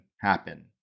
happen